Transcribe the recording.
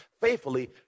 faithfully